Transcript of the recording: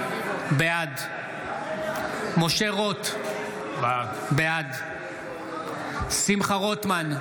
בעד משה רוט, בעד שמחה רוטמן,